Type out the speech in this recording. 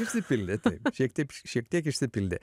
išsipildė taip šiaip taip šiek tiek išsipildė